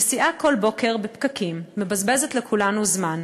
נסיעה כל בוקר בפקקים מבזבזת לכולנו זמן,